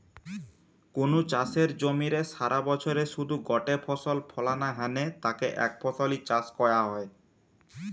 কুনু চাষের জমিরে সারাবছরে শুধু গটে ফসল ফলানা হ্যানে তাকে একফসলি চাষ কয়া হয়